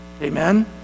Amen